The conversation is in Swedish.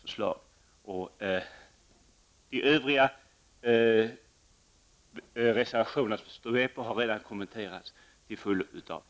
De övriga reservationerna har redan kommenterats till fullo av andra.